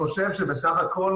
חיל אוויר - זה עוד יותר חמור.